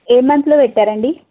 ఏ మంత్లో పెట్టారండి